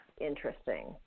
interesting